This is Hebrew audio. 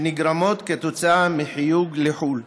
שנגרמות כתוצאה מחיוג לחו"ל.